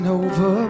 over